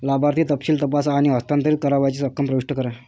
लाभार्थी तपशील तपासा आणि हस्तांतरित करावयाची रक्कम प्रविष्ट करा